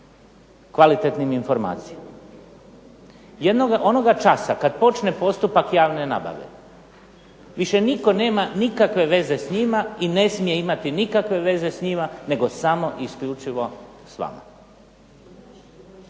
kvalitetnim informacijama. Onoga časa kad počne postupak javne nabave više nitko nema nikakve veze s njima i ne smije imati nikakve veze s njima nego samo isključivo s vama.